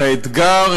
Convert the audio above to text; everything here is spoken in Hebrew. את האתגר,